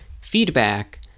feedback